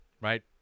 right